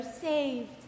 saved